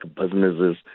businesses